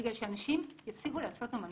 בגלל שאנשים יפסיקו לעשות אמנות.